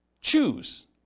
choose